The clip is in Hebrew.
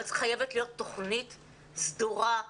אבל חייבת להיות תוכנית סדורה,